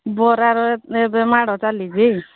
ବରାର ଏବେ ମାଡ଼ ଚାଲିିଛି